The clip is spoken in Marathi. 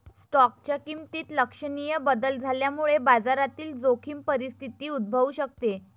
स्टॉकच्या किमतीत लक्षणीय बदल झाल्यामुळे बाजारातील जोखीम परिस्थिती उद्भवू शकते